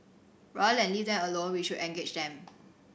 rather than leave them alone we should engage them